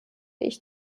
ich